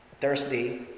Thursday